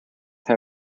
how